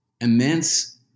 immense